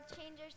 changers